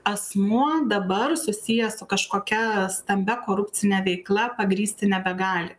asmuo dabar susijęs su kažkokia stambia korupcine veikla pagrįsti nebegali